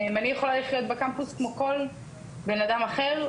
אני יכולה לחיות בקמפוס כמו כל בנאדם אחר,